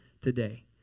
today